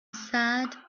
sad